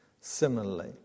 Similarly